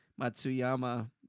Matsuyama